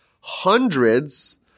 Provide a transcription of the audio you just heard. hundreds